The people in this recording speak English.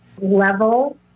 level